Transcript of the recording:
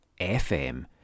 FM